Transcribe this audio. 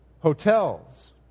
Hotels